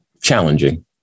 challenging